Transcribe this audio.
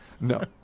No